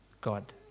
God